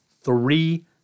three